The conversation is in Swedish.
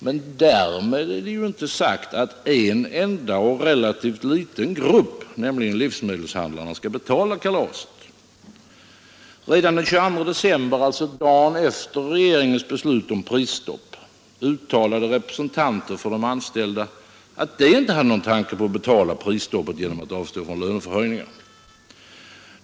Men därmed är det inte sagt att en enda och relativt liten grupp, nämligen livsmedelshandlarna, skall betala hela kalaset. Redan den 22 december, alltså dagen efter regeringens beslut om prisstoppet, uttalade representanter för de anställda att de inte hade någon tanke på att betala prisstoppet genom att avstå från lönehöjningar.